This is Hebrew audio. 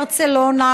גם בברצלונה,